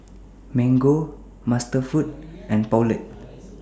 Mango MasterFoods and Poulet